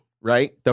right